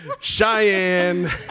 Cheyenne